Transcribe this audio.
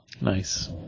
nice